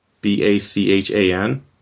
B-A-C-H-A-N